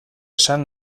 esan